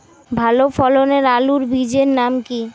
ভালো ফলনের আলুর বীজের নাম কি?